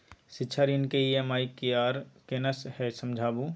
शिक्षा ऋण के ई.एम.आई की आर केना छै समझाबू?